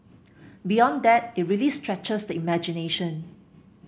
beyond that it really stretches the imagination